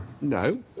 No